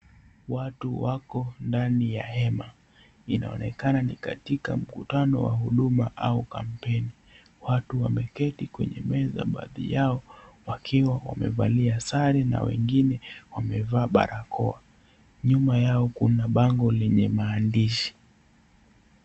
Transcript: Watu wako ndani ya hema. Inaonekana ni katika mkutano wa huduma au kampaini. Watu wameketi kwenye meza, baadhi yao, wakiwa wamevalia sare na wengine wamevaa barakoa. Nyuma yao, kuna bango lenye maandishi.